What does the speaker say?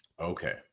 Okay